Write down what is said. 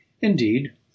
indeed